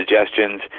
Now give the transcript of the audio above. suggestions